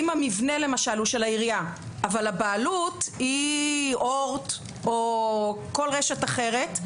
אם המבנה למשל של העירייה אבל הבעלות היא אורט או כל רשת אחרת,